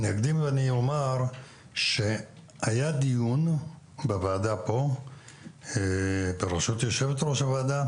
אקדים ואומר שהיה דיון בוועדה הזאת בראשות יושבת-ראש הוועדה